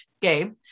game